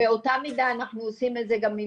באותה מידה אנחנו עושים את זה גם עם